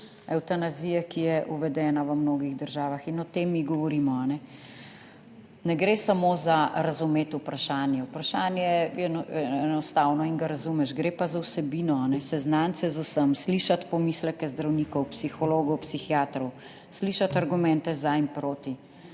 evtanazije, ki je uvedena v mnogih državah in o tem mi govorimo. Ne gre samo za razumeti vprašanje, vprašanje je enostavno in ga razumeš, gre pa za vsebino, seznaniti se z vsem, slišati pomisleke zdravnikov, psihologov, psihiatrov, slišati argumente za in proti,